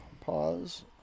pause